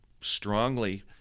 strongly